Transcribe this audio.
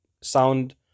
sound